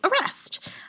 arrest